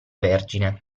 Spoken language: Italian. vergine